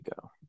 go